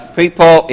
people